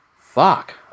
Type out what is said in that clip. fuck